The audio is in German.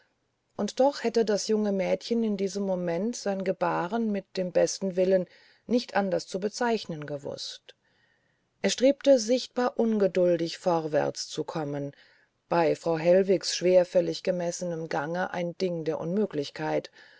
und doch hätte das junge mädchen in diesem moment sein gebaren mit dem besten willen nicht anders zu bezeichnen gewußt er strebte sichtbar ungeduldig vorwärts zu kommen bei frau hellwigs schwerfällig gemessenem gange ein ding der unmöglichkeit